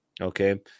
Okay